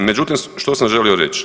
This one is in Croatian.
Međutim, što sam želio reći.